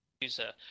user